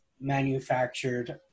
manufactured